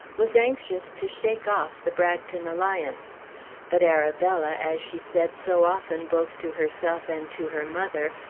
was anxious to shake off the bragton alliance but arabella, as she said so often both to herself and to her mother,